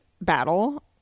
battle